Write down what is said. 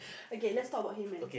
okay let's talk about a human